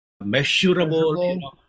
measurable